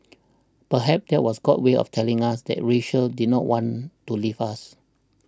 perhaps that was God's way of telling us that Rachel did not want to leave us